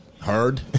Heard